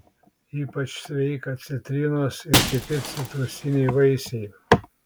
ypač sveika citrinos ir kiti citrusiniai vaisiai